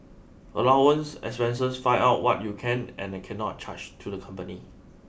allowance and expenses find out what you can and cannot charge to the company